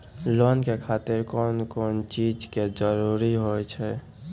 Loan के खातिर कौन कौन चीज के जरूरत हाव है?